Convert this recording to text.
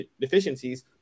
deficiencies